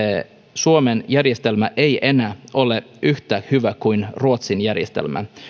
suomen järjestelmä ei enää ole yhtä hyvä kuin ruotsin järjestelmä